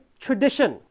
tradition